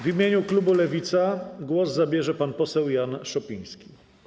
W imieniu klubu Lewica głos zabierze pan poseł Jan Szopiński.